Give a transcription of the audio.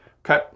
Okay